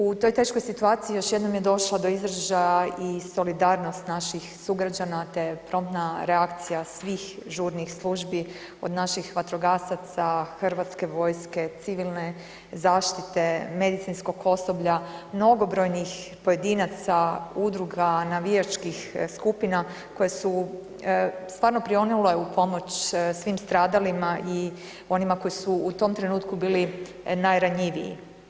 U toj teškoj situaciji još jednom je došlo do izražaja i solidarnost naših sugrađana, te promptna reakcija svih žurnih službi od naših vatrogasaca, HV-a, civilne zaštite, medicinskog osoblja, mnogobrojnih pojedinaca, udruga, navijačkih skupina koje su stvarno prionule u pomoć svim stradalima i onima koji su u tom trenutku bili najranjiviji.